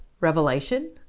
Revelation